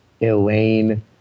Elaine